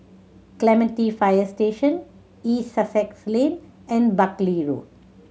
Clementi Fire Station East Sussex Lane and Buckley Road